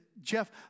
Jeff